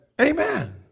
Amen